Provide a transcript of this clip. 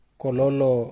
kololo